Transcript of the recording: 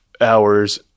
Hours